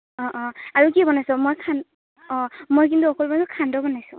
অঁ অঁ আৰু কি বনাইছ মই খান অঁ মই কিন্তু অকল সান্দহ বনাইছোঁ